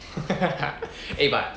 eh but